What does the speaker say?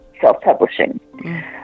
self-publishing